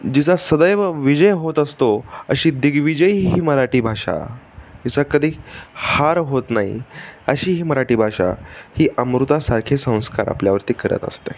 जिचा सदैव विजय होत असतो अशी दिग्विजयी ही मराठी भाषा जिचा कधी हार होत नाही शी ही मराठी भाषा ही अमृतासारखे संस्कार आपल्यावरती करत असते